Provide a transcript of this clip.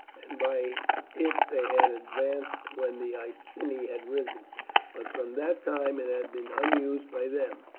and by it they had advanced when the iceni had risen but from that time it had been unused by them,